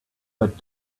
but